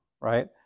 right